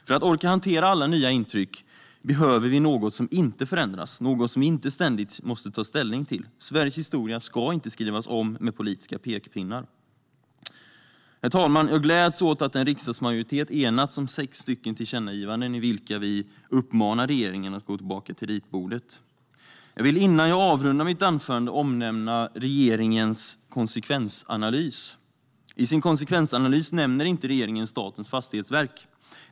För att orka hantera alla nya intryck behöver vi något som inte förändras, något som vi inte ständigt måste ta ställning till. Sveriges historia ska inte skrivas om med politiska pekpinnar. Herr talman! Jag gläds åt att en riksdagsmajoritet enats om sex stycken tillkännagivanden i vilka vi uppmanar regeringen att gå tillbaka till ritbordet. Jag vill innan jag avrundar mitt anförande omnämna regeringens konsekvensanalys. I sin konsekvensanalys nämner inte regeringen Statens fastighetsverk.